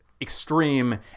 extreme